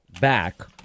back